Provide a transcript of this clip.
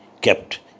kept